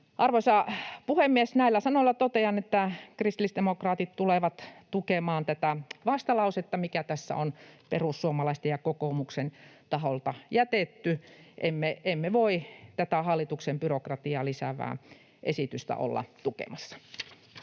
Arvoisa puhemies! Näillä sanoilla totean, että kristillisdemokraatit tulevat tukemaan tätä vastalausetta, mikä tässä on perussuomalaisten ja kokoomuksen taholta jätetty. Emme voi tätä hallituksen byrokratiaa lisäävää esitystä olla tukemassa.